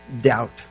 doubt